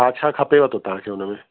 छा छा खपेव थो तव्हांखे हुनमें